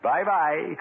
Bye-bye